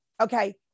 Okay